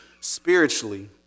spiritually